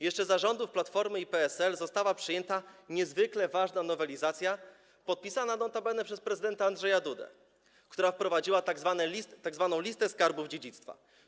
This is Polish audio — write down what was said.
Jeszcze za rządów Platformy i PSL została przyjęta niezwykle ważna nowelizacja podpisana notabene przez prezydenta Andrzeja Dudę, która wprowadziła tzw. Listę Skarbów Dziedzictwa.